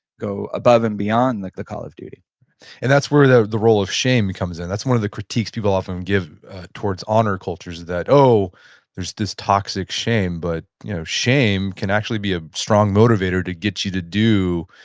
go above and beyond like the call of duty and that's where the the role of shame comes in. that's one of the critiques people often give towards honor cultures that there's this toxic shame, but you know shame can actually be a strong motivator to get you to do,